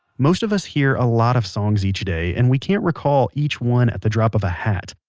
most of us hear a lot of songs each day and we can't recall each one at the drop of a hat.